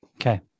Okay